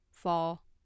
fall